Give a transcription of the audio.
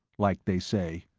like they say.